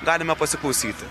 galima pasiklausyti